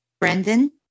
Brendan